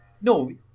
No